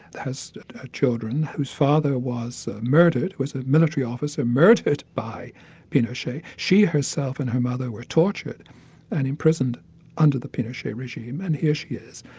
has ah children, whose father was murdered, was a military officer murdered by pinochet. she herself and her mother were tortured and imprisoned under the pinochet regime, and here she is,